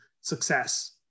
success